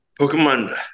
Pokemon